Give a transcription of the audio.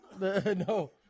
no